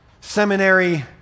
seminary